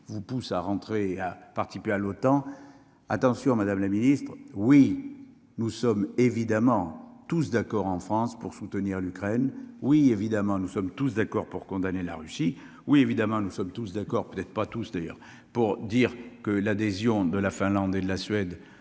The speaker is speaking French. vous pousse à rentrer à participer à l'OTAN attention madame la Ministre, oui nous sommes évidemment tous d'accord en France pour soutenir l'Ukraine oui, évidemment, nous sommes tous d'accord pour condamner la Russie oui, évidemment, nous sommes tous d'accord, peut-être pas tous d'ailleurs pour dire que l'adhésion de la Finlande et la Suède,